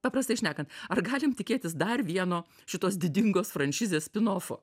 paprastai šnekant ar galim tikėtis dar vieno šitos didingos franšizės spinofo